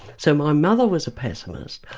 so my mother was a pessimist.